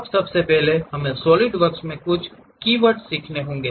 अब सबसे पहले हमें SolidWorks में कुछ कीवर्ड्स सीखने होंगे